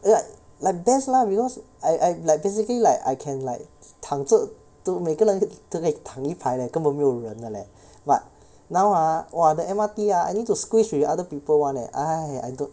like like best lah because I I like basically like I can like 躺着都每个都可以躺一排 leh 根本没有人的 leh but now ah !wah! the M_R_T ah I need to squeeze with other people [one] leh !hais!